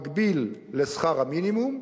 מקביל לשכר המינימום,